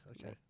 Okay